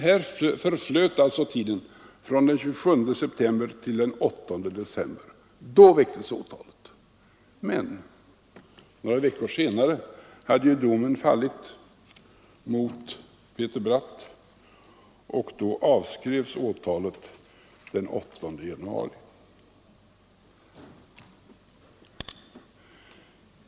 Här förflöt alltså tiden från den 27 september till den 8 december, då åtalet väcktes, men några veckor senare hade domen fallit mot Peter Bratt, och åtalet avskrevs den 8 januari.